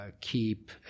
keep